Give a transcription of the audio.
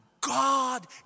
God